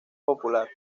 popular